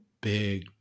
big